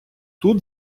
тут